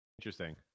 Interesting